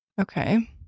Okay